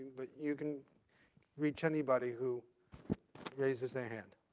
but you can reach anybody who raises their hand.